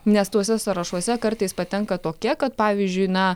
nes tuose sąrašuose kartais patenka tokie kad pavyzdžiui na